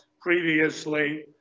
previously